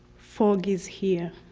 fog is here.